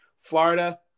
Florida